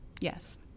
Yes